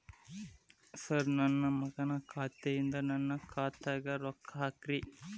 sir ನನ್ನ ಮಗನ ಖಾತೆ ಯಿಂದ ನನ್ನ ಖಾತೆಗ ರೊಕ್ಕಾ ಹಾಕ್ರಿ